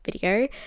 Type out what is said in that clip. video